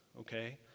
okay